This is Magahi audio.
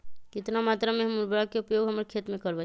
कितना मात्रा में हम उर्वरक के उपयोग हमर खेत में करबई?